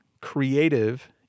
creative